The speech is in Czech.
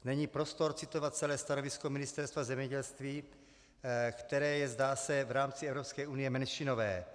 Není prostor citovat celé stanovisko Ministerstva zemědělství, které je, zdá se, v rámci Evropské unie menšinové.